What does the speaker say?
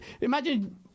Imagine